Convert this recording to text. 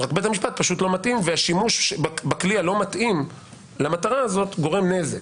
רק בית המשפט לא מתאים והשימוש בכלי הלא מתאים למטרה הזאת גורם נזק.